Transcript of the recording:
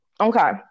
Okay